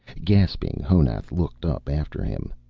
gaping, honath looked up after him.